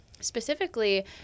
Specifically